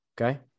Okay